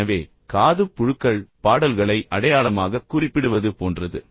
எனவே காதுப் புழுக்கள் பாடல்களை அடையாளமாகக் குறிப்பிடுவது போன்றது